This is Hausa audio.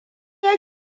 ya